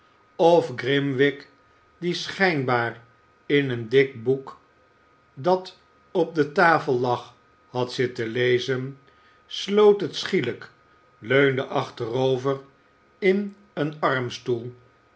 of orimwig die schijnbaar in een dik boek dat op de tafel lag had zitten lezen sloot het schielijk leunde achterover in zijn armstoel